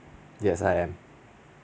yes I am